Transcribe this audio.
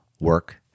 work